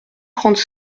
trente